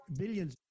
billions